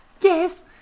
Yes